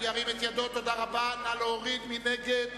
מי נגד?